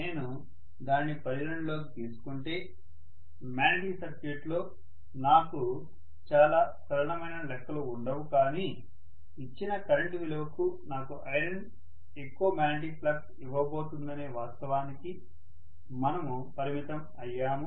నేను దానిని పరిగణనలోకి తీసుకుంటే మాగ్నెటిక్ సర్క్యూట్లో నాకు చాలా సరళమైన లెక్కలు ఉండవు కాని ఇచ్చిన కరెంట్ విలువకు నాకు ఐరన్ ఎక్కువ మాగ్నెటిక్ ఫ్లక్స్ ఇవ్వబోతుందనే వాస్తవానికి మనము పరిమితం అయ్యాము